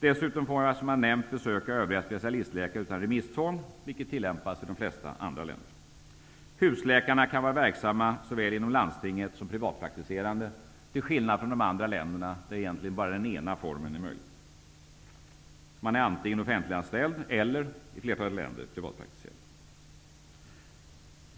Dessutom får man, som jag har nämnt, besöka övriga specialistläkare utan remisstvång, vilket tillämpas i de flesta andra länder. Husläkarna kan såväl vara verksamma inom landstingen som privatpraktiserande, till skillnad från andra länder, där egentligen bara den ena formen är möjlig -- man är antingen offentliganställd eller, i flertalet länder, privatpraktiserande.